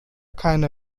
keine